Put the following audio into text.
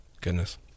Goodness